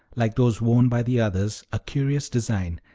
like those worn by the others, a curious design,